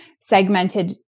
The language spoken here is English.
segmented